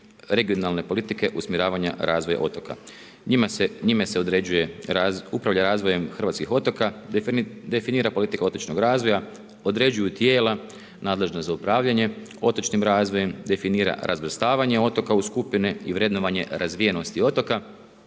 regionalne politike usmjeravanja razvoja otoka. Njime se upravlja razvojem hrvatskih otoka, definira politika otočnog razvoja, određuju tijela nadležna za upravljanje otočnim razvojem, definira razvrstavanje otoka u skupine i vrednovanje razvijenosti otoka